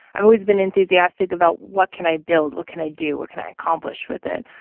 i've always been enthusiastic about what can i build. what can i do. what can i accomplish with it.